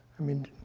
i mean,